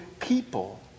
people